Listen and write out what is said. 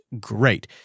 great